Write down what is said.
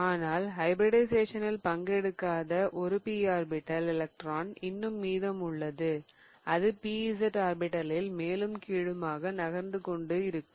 ஆனால் ஹைபிரிடிஷயேசனில் பங்கு எடுக்காத ஒரு p ஆர்பிடல் எலக்ட்ரான் இன்னும் மீதம் உள்ளது அது pz ஆர்பிடலில் மேலும் கீழுமாக நகர்ந்து கொண்டு இருக்கும்